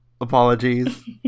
Apologies